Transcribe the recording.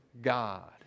God